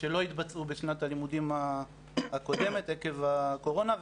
שלא התבצעו בשנת הלימודים הקודמת עקב הקורונה.